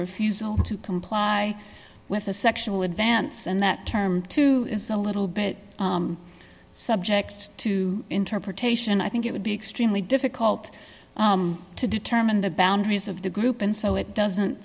refusal to comply with a sexual advance and that term too is a little bit subject to interpretation i think it would be extremely difficult to determine the boundaries of the group and so it doesn't